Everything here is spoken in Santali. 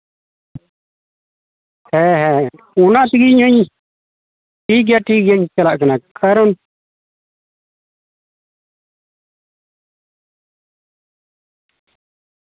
ᱦᱮᱸ ᱦᱮᱸ ᱦᱮᱸ ᱚᱱᱟ ᱛᱮᱜᱤ ᱤᱧ ᱦᱩᱧ ᱴᱷᱤᱠᱜᱮᱭᱟ ᱴᱷᱤᱠᱜᱮᱭᱟᱧ ᱪᱟᱞᱟᱜ ᱠᱟᱱᱟ ᱠᱟᱨᱚᱱ